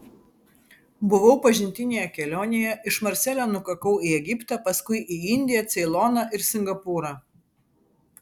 buvau pažintinėje kelionėje iš marselio nukakau į egiptą paskui į indiją ceiloną ir singapūrą